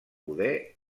poder